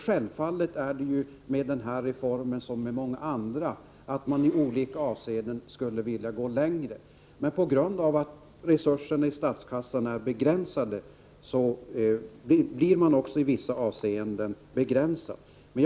Självfallet är det med denna reform som med många andra att man i olika avseenden gärna skulle vilja gå längre. På grund av att resurserna i statskassan är begränsade blir emellertid också vår handlingsfrihet begränsad.